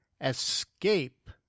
Escape